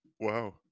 Wow